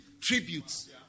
tributes